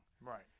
Right